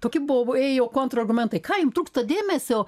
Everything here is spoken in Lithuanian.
toki buvo ėjo kontrargumentai ką jum trūksta dėmesio